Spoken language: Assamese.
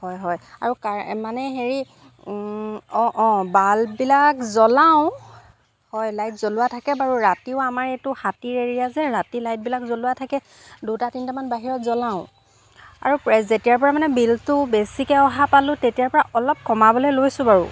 হয় হয় আৰু কাৰেণ্ট মানে হেৰি অঁ অঁ বাল্ববিলাক জ্বলাওঁ হয় লাইট জ্বলোৱা থাকে বাৰু ৰাতিও আমাৰ এইটো হাতীৰ এৰিয়া যে ৰাতি লাইটবিলাক জ্বলোৱা থাকে দুটা তিনিটামান বাহিৰত জ্বলাওঁ আৰু যেতিয়াৰপৰাই মানে বিলটো বেছিকৈ অহা পালোঁ তেতিয়াৰপৰা অলপ কমাবলৈ লৈছোঁ বাৰু